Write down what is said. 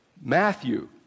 Matthew